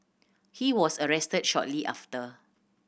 he was arrested shortly after